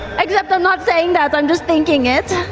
except i'm not saying that, i'm just thinking it.